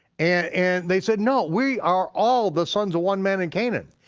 and they said no, we are all the sons of one man in canaan.